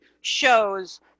shows